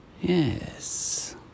Yes